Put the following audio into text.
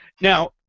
Now